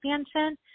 expansion